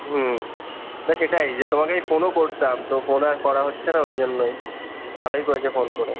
হুম তো সেটাই যে তোমাকে যে ফোনও করতাম তো ফোন আর করা হচ্ছে না ওই জন্যই ভালোই করেছো ফোন করে